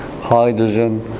Hydrogen